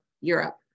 Europe